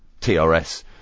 TRS